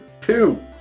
two